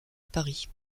paris